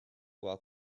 while